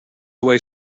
away